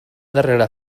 darrera